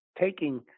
taking